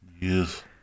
Yes